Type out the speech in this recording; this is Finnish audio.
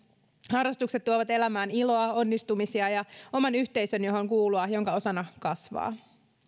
harrastukset tuovat elämään iloa onnistumisia ja oman yhteisön johon kuulua ja jonka osana kasvaa